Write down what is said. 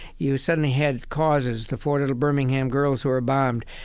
you suddenly had causes the four little birmingham girls who were bombed.